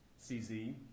CZ